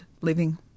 living